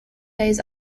days